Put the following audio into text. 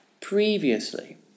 previously